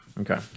Okay